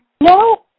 No